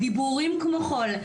דיבורים כמו חול,